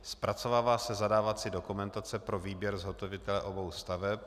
Zpracovává se zadávací dokumentace pro výběr zhotovitele obou staveb.